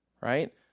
right